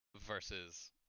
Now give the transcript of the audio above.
versus